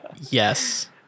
Yes